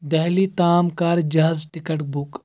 دہلی تام کَر جہازٕ ٹِکَٹ بُک